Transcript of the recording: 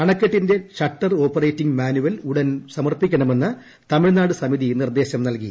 അണക്കെട്ടിന്റെ shutter operating manual ഉടൻ സമർപ്പിക്കണമെന്ന് തമിഴ്നാടിന് സമിതി നിർദ്ദേശം നല്കി